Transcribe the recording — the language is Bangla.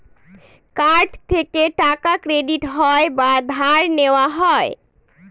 কার্ড থেকে টাকা ক্রেডিট হয় বা ধার নেওয়া হয়